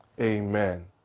Amen